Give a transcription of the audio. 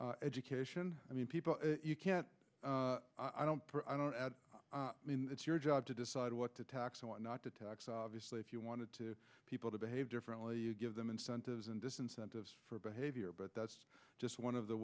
education i mean people you can't i don't i don't mean it's your job to decide what to tax and what not to tax obviously if you want to people to behave differently you give them incentives and disincentives for behavior but that's just one of the